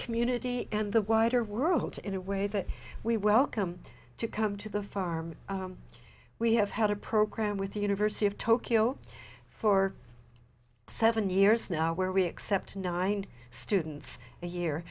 community and the wider world in a way that we welcome to come to the farm we have had a program with the university of tokyo for seven years now where we accept nine students a